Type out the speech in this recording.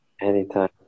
anytime